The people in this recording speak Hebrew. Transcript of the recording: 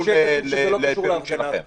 מה שחשוב לנו שיהיה כתוב שזה לא קשור להפגנת מחאה.